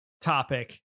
topic